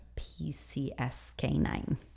PCSK9